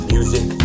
Music